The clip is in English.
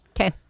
Okay